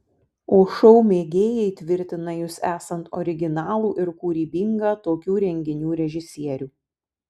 o šou mėgėjai tvirtina jus esant originalų ir kūrybingą tokių renginių režisierių